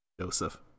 Joseph